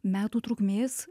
metų trukmės